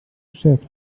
geschäft